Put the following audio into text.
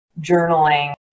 journaling